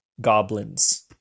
goblins